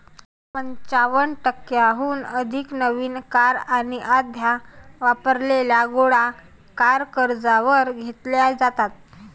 पंचावन्न टक्क्यांहून अधिक नवीन कार आणि अर्ध्या वापरलेल्या गाड्या कार कर्जावर घेतल्या जातात